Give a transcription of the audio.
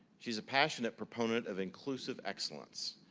she's a passionate proponent of inclusive excellence,